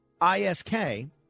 ISK